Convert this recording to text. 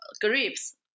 grapes